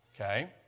Okay